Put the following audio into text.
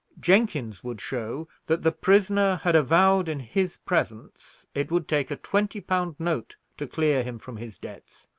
jenkins would show that the prisoner had avowed in his presence, it would take a twenty-pound note to clear him from his debts,